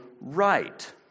right